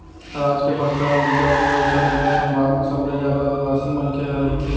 राज के बस्तर, अंबिकापुर अउ सरगुजा संभाग म सबले जादा आदिवासी मनखे ह रहिथे